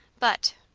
but!